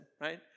right